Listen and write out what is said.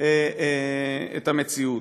את המציאות.